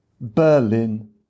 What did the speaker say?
Berlin